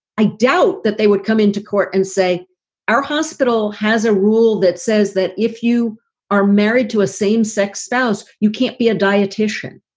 i doubt that they would come into court and say our hospital has a rule that says that if you are married to a same sex spouse, you can't be a dietitian.